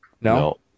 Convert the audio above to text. No